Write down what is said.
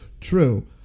True